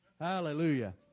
Hallelujah